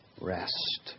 rest